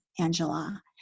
Angela